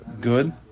Good